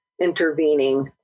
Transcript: intervening